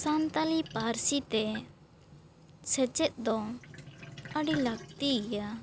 ᱥᱟᱱᱛᱟᱲᱤ ᱯᱟᱹᱨᱥᱤ ᱛᱮ ᱥᱮᱪᱮᱫ ᱫᱚ ᱟᱹᱰᱤ ᱞᱟᱹᱠᱛᱤ ᱜᱮᱭᱟ